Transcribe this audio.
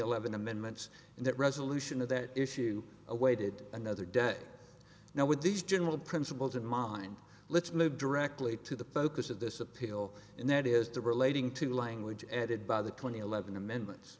eleven amendments and that resolution of that issue awaited another day now with these general principles in mind let's move directly to the focus of this appeal and that is the relating to language added by the twenty eleven amendments